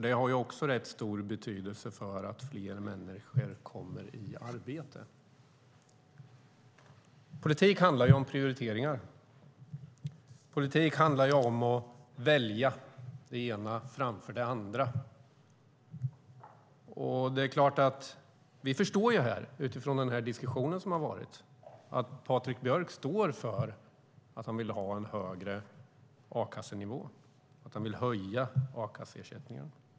Den har också rätt stor betydelse för att fler människor kommer i arbete. Politik handlar om prioriteringar. Politik handlar om att välja det ena framför det andra. Utifrån den diskussion som har varit förstår vi att Patrik Björck står för att han vill ha en högre a-kassenivå. Han vill höja a-kasseersättningen.